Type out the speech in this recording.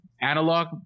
analog